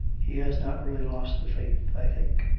he has not really lost the faith, i think.